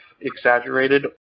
exaggerated